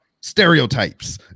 Stereotypes